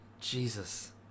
Jesus